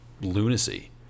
lunacy